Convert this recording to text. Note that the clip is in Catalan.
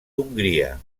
hongria